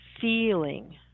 feeling